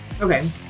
Okay